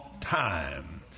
time